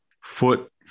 foot